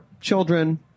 Children